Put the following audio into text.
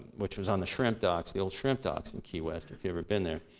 which was on the shrimp docks, the old shrimp docks, in key west, if you've ever been there.